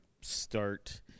start